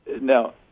now